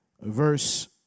verse